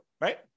right